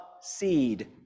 seed